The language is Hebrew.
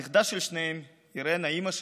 הנכדה של שניהם, אירנה, אימא שלי,